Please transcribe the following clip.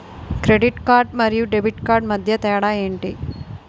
Credit card మరియు debit card మధ్య తేడా ఎంటి?